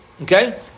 Okay